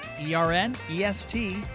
E-R-N-E-S-T